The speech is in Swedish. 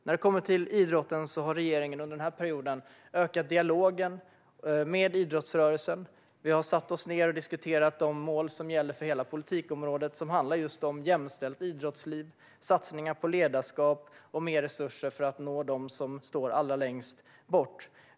När det gäller idrotten har regeringen under den här perioden ökat dialogen med idrottsrörelsen. Vi har satt oss ned och diskuterat de mål som gäller för hela politikområdet, och det handlar just om ett jämställt idrottsliv, satsningar på ledarskap och mer resurser för att nå dem som står allra längst bort.